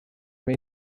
made